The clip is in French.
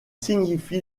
signifie